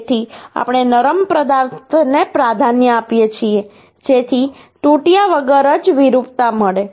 તેથી આપણે નરમ પદાર્થને પ્રાધાન્ય આપીએ છીએ જેથી તુટિયા વગર જ વિરૂપતા મળે